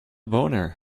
boner